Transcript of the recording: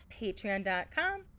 patreon.com